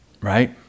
Right